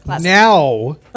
Now